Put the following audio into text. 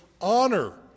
honor